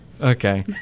okay